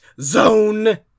zone